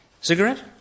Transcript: Cigarette